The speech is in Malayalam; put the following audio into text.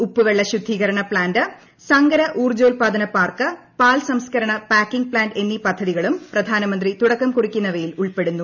ഉപ്പുവെള്ള ശുദ്ധീകരണ പ്ലാന്റ് സങ്കര ഊർജോൽപാദന പാർക്ക് പാൽ സംസ്കരണ പാക്കിംഗ് പ്ലാന്റ് എന്നി പദ്ധതികളും പ്രധാനമന്ത്രി തുടക്കം കുറിക്കുന്നവയിൽ ഉൾപെടുന്നു